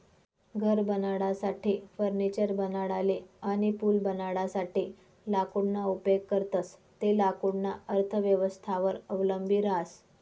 घर बनाडासाठे, फर्निचर बनाडाले अनी पूल बनाडासाठे लाकूडना उपेग करतंस ते लाकूडना अर्थव्यवस्थावर अवलंबी रहास